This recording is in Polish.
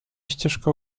ścieżkę